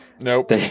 Nope